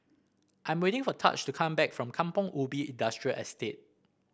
I'm waiting for Tahj to come back from Kampong Ubi Industrial Estate